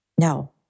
No